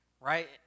right